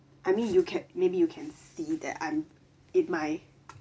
I mean you can maybe you can see that I'm in my